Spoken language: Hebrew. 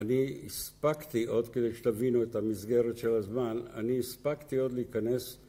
אני הספקתי עוד, כדי שתבינו את המסגרת של הזמן, אני הספקתי עוד להיכנס